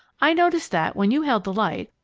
i noticed that, when you held the light,